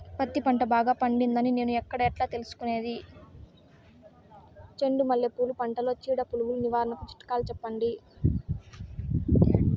పత్తి పంట బాగా పండిందని నేను ఎక్కడ, ఎట్లా తెలుసుకునేది?